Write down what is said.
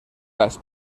las